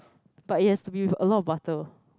but it has to be with a lot of butter